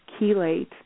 chelate